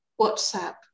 WhatsApp